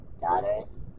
daughters